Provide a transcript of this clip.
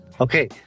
Okay